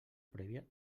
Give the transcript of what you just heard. prèvia